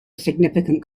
significant